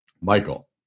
Michael